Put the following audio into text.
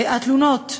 התלונות: